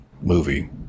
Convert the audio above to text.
movie